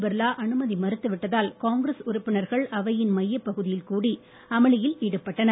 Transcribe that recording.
பிர்லா அனுமதி மறுத்துவிட்டதால் காங்கிரஸ் உறுப்பினர்கள் அவையின் மையப்பகுதியில் கூடி அமளியில் ஈடுபட்டனர்